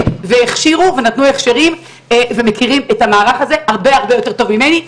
והכשירו ונתנו הכשרים ומכירים את המערך הזה הרבה הרבה יותר טוב ממני.